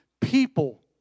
people